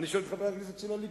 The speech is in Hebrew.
אני שואל את חברי הכנסת של הליכוד,